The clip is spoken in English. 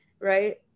right